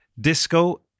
disco